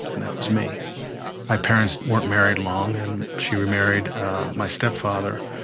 and that was me my parents weren't married long. and she remarried my stepfather,